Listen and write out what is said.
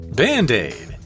band-aid